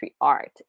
Art